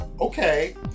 okay